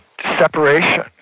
separation